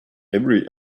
every